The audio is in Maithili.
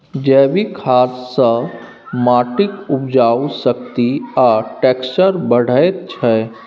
जैबिक खाद सँ माटिक उपजाउ शक्ति आ टैक्सचर बढ़ैत छै